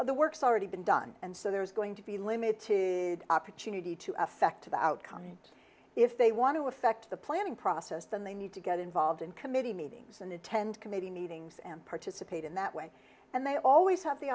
or the work's already been done and so there's going to be limited opportunity to affect the outcome if they want to affect the planning process then they need to get involved in committee meetings and attend committee meetings and participate in that way and they always have the